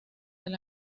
del